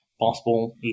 possible